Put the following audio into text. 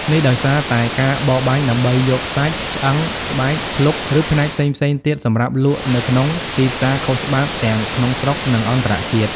នេះដោយសារតែការបរបាញ់ដើម្បីយកសាច់ ឆ្អឹង ស្បែក ភ្លុក ឬផ្នែកផ្សេងៗទៀតសម្រាប់លក់នៅក្នុងទីផ្សារខុសច្បាប់ ទាំងក្នុងស្រុក និងអន្តរជាតិ។